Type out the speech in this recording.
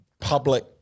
public